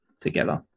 together